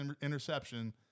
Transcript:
interception